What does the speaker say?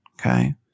Okay